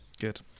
Good